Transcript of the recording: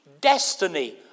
destiny